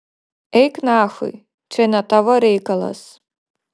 eik nachui čia ne tavo reikalas